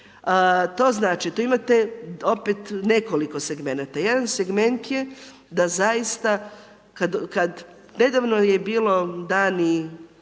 To znači, tu imate opet nekoliko segment, jedna segment je da zaista kad nedavno je bilo Dani